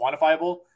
quantifiable